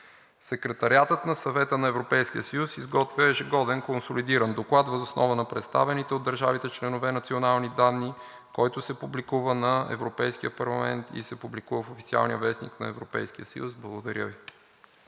Секретариатът на Съвета на Европейския съюз изготвя ежегоден консолидиран доклад въз основа на представените от държавите членки национални данни, който се публикува на страницата на Европейския парламент и се публикува в официалния вестник на Европейския съюз. Благодаря Ви.